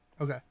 Okay